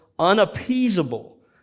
unappeasable